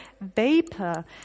vapor